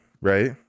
Right